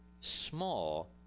small